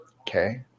Okay